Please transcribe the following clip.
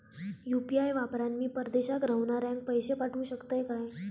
UPI वापरान मी परदेशाक रव्हनाऱ्याक पैशे पाठवु शकतय काय?